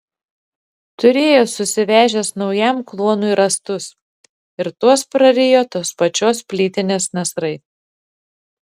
turėjo susivežęs naujam kluonui rąstus ir tuos prarijo tos pačios plytinės nasrai